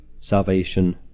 salvation